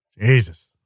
Jesus